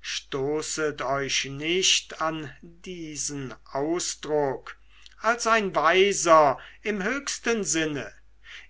stoßet euch nicht an diesen ausdruck als ein weiser im höchsten sinne